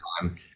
time